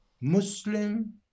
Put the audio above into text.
Muslim